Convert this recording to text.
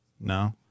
No